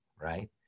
right